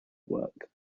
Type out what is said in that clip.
work